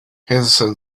henderson